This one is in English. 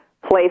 place